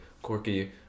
Quirky